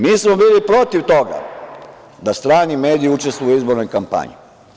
Mi smo bili protiv toga da strani mediji učestvuju u izbornoj kampanji.